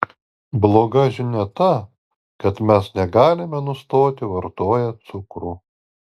bloga žinia ta kad mes negalime nustoti vartoję cukrų